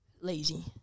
Lazy